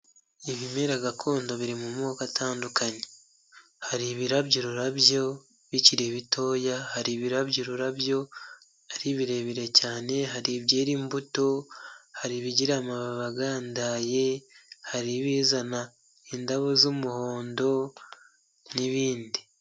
Ibimera gakondo biri mu moko atandukanye; hari ibirabya ururabyo bikiri bitoya, hari ibirabya ururabyo ari birebire cyane, hari ibyera imbuto, hari ibigira amababi agandaye; hari ibizana indabo z'umuhondo n'ibindi.